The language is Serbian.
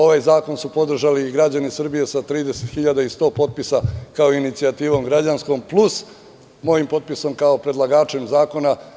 Ovaj zakon su podržali i građani Srbije sa 30.100 potpisa, kao inicijativom građanskom, plus mojim potpisom kao predlagača zakona.